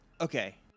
Okay